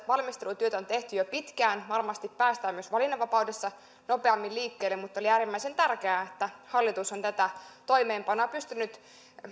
valmistelutyötä on tehty jo pitkään varmasti päästään myös valinnanvapaudessa nopeammin liikkeelle mutta on äärimmäisen tärkeää että hallitus on tätä toimeenpanoa pystynyt